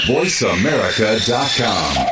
VoiceAmerica.com